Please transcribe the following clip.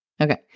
Okay